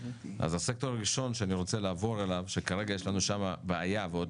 אז הסקטור הראשון שאני רוצה לעבור אליו שכרגע יש לנו שם בעיה ועוד